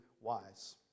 wise